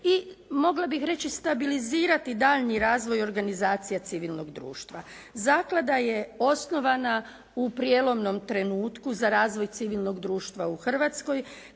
i mogla bih reći stabilizirati daljnji razvoj organizacija civilnog društva. Zaklada je osnovana u prijelomnom trenutku za razvoj civilnog društva u Hrvatskoj